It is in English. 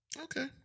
Okay